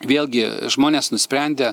vėlgi žmonės nusprendė